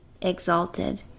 exalted